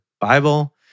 Bible